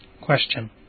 Question